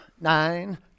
nine